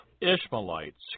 Ishmaelites